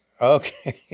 Okay